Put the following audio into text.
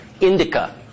Indica